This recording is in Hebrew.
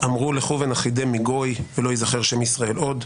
אמרו--לכו, ונכחידם מגוי, ולא-ייזכר שם-ישראל עוד.